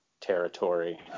territory